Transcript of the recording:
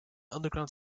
underground